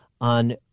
on